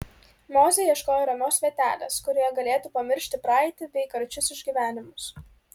mozė ieškojo ramios vietelės kurioje galėtų pamiršti praeitį bei karčius išgyvenimus